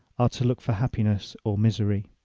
are to look for happiness or misery!